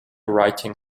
writing